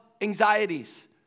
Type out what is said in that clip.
anxieties